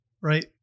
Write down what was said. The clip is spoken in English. right